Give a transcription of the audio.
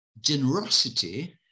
Generosity